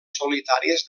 solitàries